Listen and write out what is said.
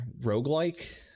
roguelike